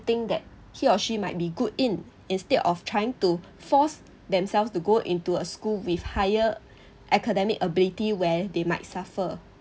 that he or she might be good in instead of trying to force themselves to go into a school with higher academic ability where they might suffer